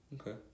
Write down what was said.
Okay